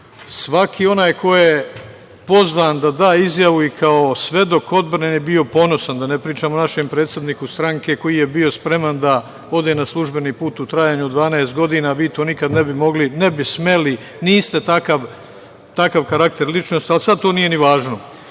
Svaki onaj ko je pozvan da da izjavu i kao svedok odbrane je bio ponosan, da ne pričam od našem predsedniku stranke, koji je bio spreman da ode na službeni put u trajanju od 12 godina. Vi to nikada ne bi mogli, ne bi smeli, niste takav karakter ličnosti, ali sad to nije ni važno. Ovaj